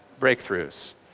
breakthroughs